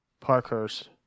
Parkhurst